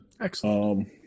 Excellent